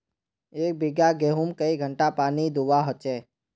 एक बिगहा गेँहूत कई घंटा पानी दुबा होचए?